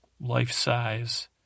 life-size